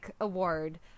award